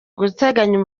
guteganya